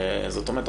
זאת אומרת,